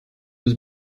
was